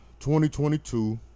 2022